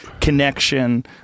connection